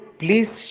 please